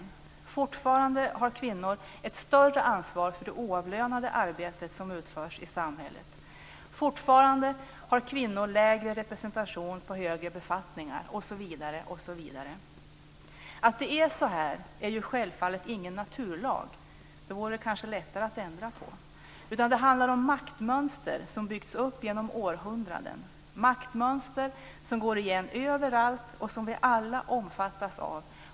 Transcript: Fortfarande har kvinnor ett större ansvar för det oavlönade arbetet som utförs i samhället. Fortfarande har kvinnor lägre representation på högre befattningar osv. Att det är så här är självfallet ingen naturlag - då vore det kanske lättare att ändra på det - utan det handlar om maktmönster som byggts upp genom århundraden. Dessa maktmönster går igen överallt och vi omfattas alla av dem.